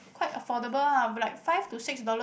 quite affordable ah like five to six dollar